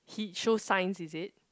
he show signs is it